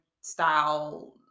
style